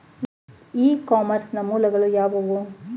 E commerce ನ ಮೂಲಗಳು ಯಾವುವು?